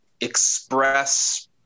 express